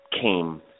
came